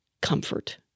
comfort